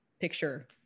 picture